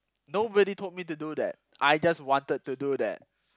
nobody told me to do that I just wanted to do that